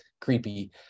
creepy